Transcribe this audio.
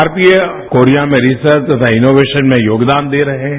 भारतीय कोरिया में रिसर्च तथा इनोवेशन में योगदान दे रहे हैं